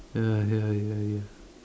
ya lah ya ya